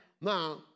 Now